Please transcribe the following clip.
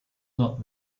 not